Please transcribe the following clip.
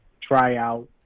tryout